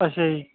ਅੱਛਾ ਜੀ